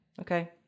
Okay